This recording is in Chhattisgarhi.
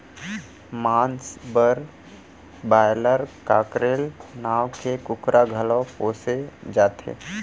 मांस बर बायलर, कॉकरेल नांव के कुकरा घलौ पोसे जाथे